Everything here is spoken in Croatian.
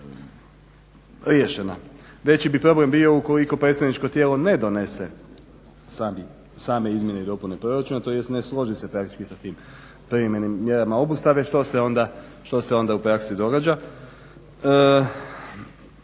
riješena. Veći bi problem bio ukoliko predstavničko tijelo ne donese same izmjene i dopune proračuna tj. ne složi se praktički sa tim privremenim mjerama obustave što se onda u praksi događa.